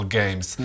games